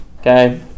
Okay